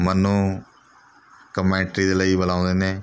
ਮੈਨੂੰ ਕਮੈਂਟਰੀ ਦੇ ਲਈ ਬੁਲਾਉਂਦੇ ਨੇ